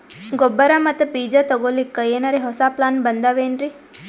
ಗೊಬ್ಬರ ಮತ್ತ ಬೀಜ ತೊಗೊಲಿಕ್ಕ ಎನರೆ ಹೊಸಾ ಪ್ಲಾನ ಬಂದಾವೆನ್ರಿ?